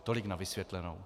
Tolik na vysvětlenou.